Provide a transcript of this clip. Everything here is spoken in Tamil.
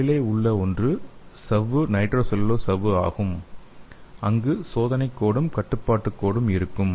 கீழே உள்ள ஒன்று சவ்வு நைட்ரோசெல்லுலோஸ் சவ்வு ஆகும் அங்கு சோதனைக் கோடும் கட்டுப்பாட்டுக் கோடும் இருக்கும்